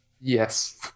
Yes